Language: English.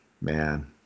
man